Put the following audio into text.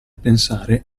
pensare